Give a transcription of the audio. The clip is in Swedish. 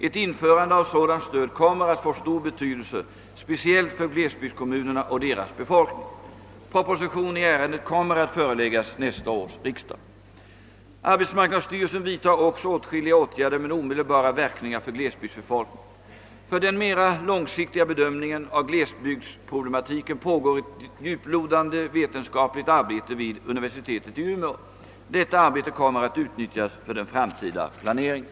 Ett införande av sådant stöd kommer att få stor betydelse speciellt för glesbygdskommunerna och deras befolkning. Proposition i ärendet kommer att föreläggas nästa års riksdag. Arbetsmarknadsstyrelsen vidtar också åtskilliga åtgärder med omedelbara verkningar för glesbygdsbefolkningen. För den mera långsiktiga bedömningen av glesbygdsproblematiken pågår ett djuplodande vetenskapligt arbete vid universitetet i Umeå. Detta arbete kommer att utnyttjas för den framtida planeringen.